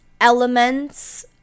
elements